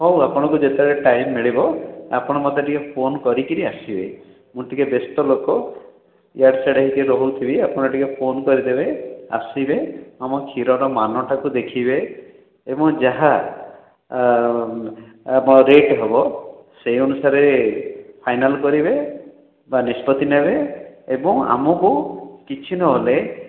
ହଉ ଆପଣଙ୍କୁ ଯେତେବେଳେ ଟାଇମ ମିଳିବ ଆପଣ ମୋତେ ଟିକେ ଫୋନ କରିକି ଆସିବେ ମୁଁ ଟିକେ ବ୍ୟସ୍ତ ଲୋକ ଇଆଡ଼େ ସିଆଡ଼େ ହେଇକି ରହୁଥିବି ଆପଣ ଟିକେ ଫୋନ କରିଦେବେ ଆସିବେ ଆମ କ୍ଷୀରର ମାନଟାକୁ ଦେଖିବେ ଏବଂ ଯାହା ଆମ ରେଟ ହେବ ସେହି ଅନୁସାରେ ଫାଇନାଲ କରିବେ ବା ନିଷ୍ପତି ନେବେ ଏବଂ ଆମକୁ କିଛି ନହେଲେ